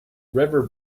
river